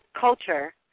culture